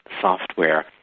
software